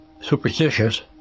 Superstitious